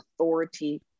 authority